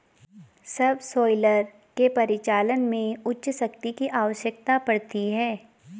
subsoiler के परिचालन में उच्च शक्ति की आवश्यकता पड़ती है